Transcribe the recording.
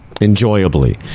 Enjoyably